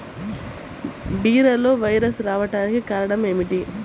బీరలో వైరస్ రావడానికి కారణం ఏమిటి?